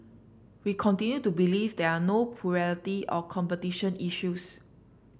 we continue to believe there are no plurality or competition issues